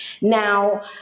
Now